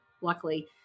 luckily